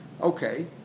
Okay